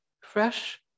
fresh